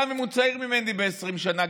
גם אם הוא צעיר ממני ב-20 שנה,